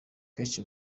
cech